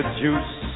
juice